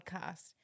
podcast